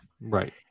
Right